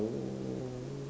oh